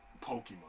Pokemon